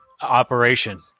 operation